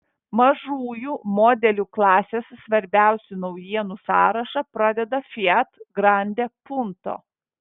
mažųjų modelių klasės svarbiausių naujienų sąrašą pradeda fiat grande punto